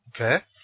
okay